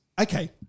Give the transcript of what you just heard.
okay